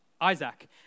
Isaac